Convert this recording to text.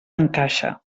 encaixa